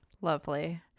Lovely